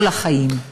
כל החיים.